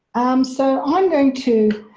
um so i'm going to